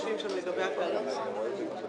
אני רק מכניס את הסעיף שדוחים את הנושא של הגמ"חים,